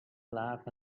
laugh